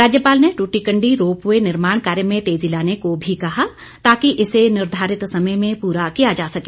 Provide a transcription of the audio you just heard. राज्यपाल ने दूटीकंडी रोपवे निर्माण कार्य में तेजी लाने को भी कहा ताकि इसे निर्धारित समय में पूरा किया जा सके